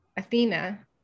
Athena